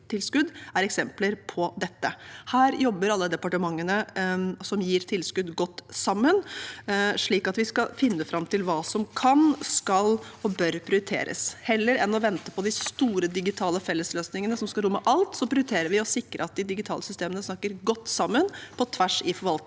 er eksempler på dette. Her jobber alle departementene som gir tilskudd, godt sammen, slik at vi skal finne fram til hva som kan, skal og bør prioriteres. Heller enn å vente på de store digitale fellesløsningene som skal romme alt, prioriterer vi å sikre at de digitale systemene snakker godt sammen på tvers i forvaltningen